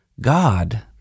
God